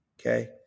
Okay